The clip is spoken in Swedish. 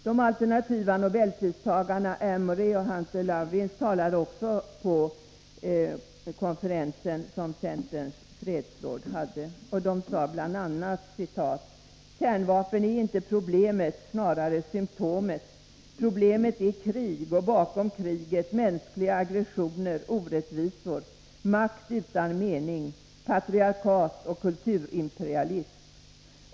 De alternativa nobelpristagarna Amory och Lovins talade också på den konferens som centerns fredsråd hade. De sade bl.a.: ”Kärnvapen är inte problemet, snarare symtomet. Problemet är krig, och bakom kriget mänskliga aggressioner, orättvisor, makt utan mening, patriarkat och kulturimperialism.